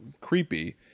creepy